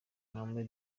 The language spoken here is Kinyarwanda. mohammed